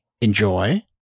enjoy